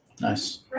nice